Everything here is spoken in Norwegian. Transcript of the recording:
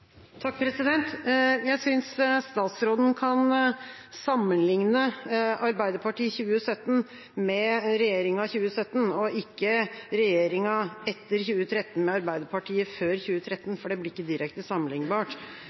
Jeg synes statsråden kan sammenlikne Arbeiderpartiet 2017 med regjeringa 2017 og ikke regjeringa etter 2013 med Arbeiderpartiet før 2013. Det blir ikke direkte